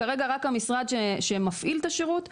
כרגע רק המשרד שמפעיל את השירות "סופג"